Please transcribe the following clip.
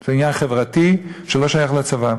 זה עניין חברתי שלא שייך לצבא.